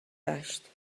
داشت